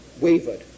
wavered